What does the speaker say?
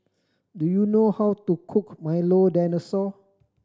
do you know how to cook Milo Dinosaur